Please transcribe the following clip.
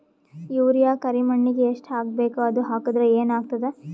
Urea ಕರಿಮಣ್ಣಿಗೆ ಎಷ್ಟ್ ಹಾಕ್ಬೇಕ್, ಅದು ಹಾಕದ್ರ ಏನ್ ಆಗ್ತಾದ?